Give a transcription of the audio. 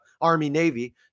Army-Navy